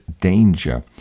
danger